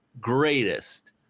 greatest